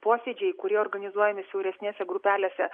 posėdžiai kurie organizuojami siauresnėse grupelėse